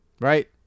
Right